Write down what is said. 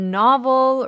novel